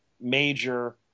major